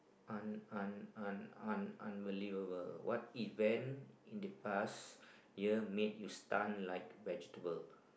un~ un~ un~ un~ unbelievable what event in the bus here make you stun like vegetable